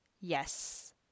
yes